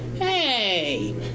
Hey